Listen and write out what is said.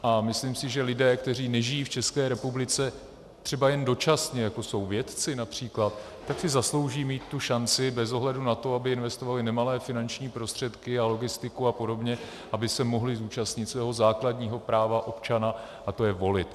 A myslím si, že lidé, kteří nežijí v České republice, třeba jen dočasně, jako jsou vědci například, si zaslouží mít tu šanci bez ohledu na to, aby investovali nemalé finanční prostředky, logistiku a podobně, aby se mohli zúčastnit svého základního práva občana, a to je volit.